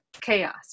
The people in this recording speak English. chaos